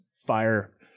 fire